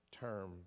term